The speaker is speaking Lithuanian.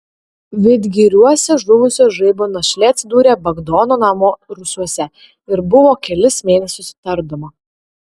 vidgiriuose žuvusio žaibo našlė atsidūrė bagdono namo rūsiuose ir buvo kelis mėnesius tardoma